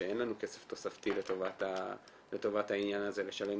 שאין לנו כסף תוספתי לטובת העניין הזה לשלם